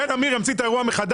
כן, אמיר, ימציא את האירוע מחדש?